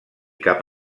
cap